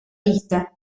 vista